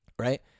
right